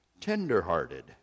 tenderhearted